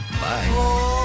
Bye